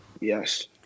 Yes